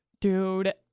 dude